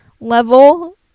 level